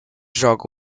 joga